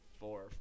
four